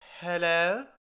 Hello